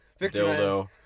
Dildo